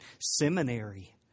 seminary